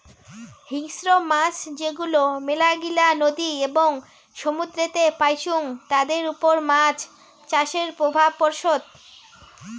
হিংস্র মাছ যেগুলো মেলাগিলা নদী এবং সমুদ্রেতে পাইচুঙ তাদের ওপর মাছ চাষের প্রভাব পড়সৎ